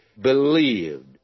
believed